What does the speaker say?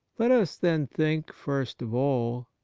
let us then think, first of all,